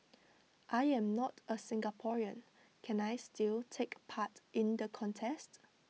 I am not A Singaporean can I still take part in the contest